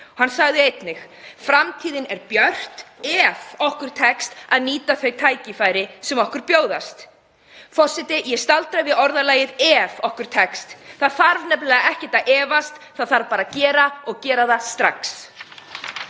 Hann sagði einnig: „Framtíðin er björt ef okkur tekst að nýta þau tækifæri sem okkur bjóðast.“ Forseti. Ég staldra við orðalagið „ef okkur tekst“. Það þarf nefnilega ekkert að efast, það þarf bara að gera og gera það strax.